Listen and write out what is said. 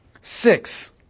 Six